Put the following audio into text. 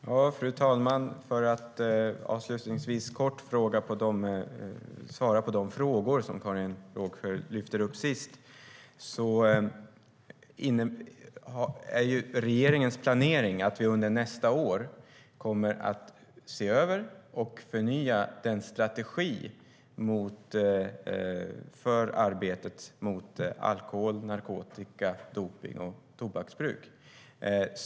Fru talman! Låt mig avslutningsvis svara lite kort på de frågor Karin Rågsjö ställde på slutet. Regeringens planering är att vi under nästa år ska se över och förnya strategin för arbetet mot alkohol, narkotika, dopning och tobaksbruk.